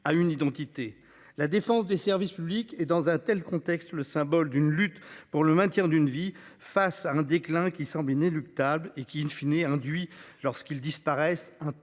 à une identité. La défense des services publics et dans un tel contexte, le symbole d'une lutte pour le maintien d'une vie face à un déclin qui semblait inéluctable et qui in fine et induit lorsqu'ils disparaissent un